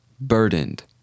Burdened